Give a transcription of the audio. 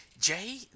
Jay